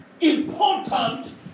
important